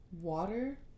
Water